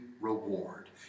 reward